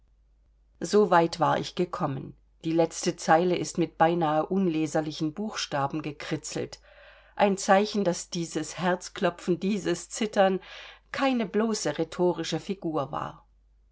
weit war ich gekommen die letzte zeile ist mit beinahe unleserlichen buchstaben gekritzelt ein zeichen daß dieses herzklopfen dieses zittern keine bloße rhetorische figur war